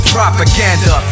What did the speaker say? Propaganda